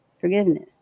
forgiveness